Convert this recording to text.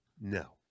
No